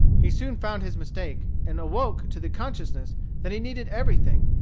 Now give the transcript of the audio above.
he soon found his mistake, and awoke to the consciousness that he needed everything,